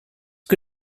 que